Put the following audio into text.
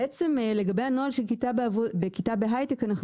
בעצם לגבי הנוהל של כיתה בהייטק אנחנו